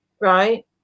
right